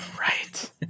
right